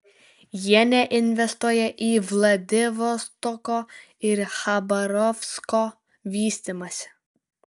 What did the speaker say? jie neinvestuoja į vladivostoko ir chabarovsko vystymąsi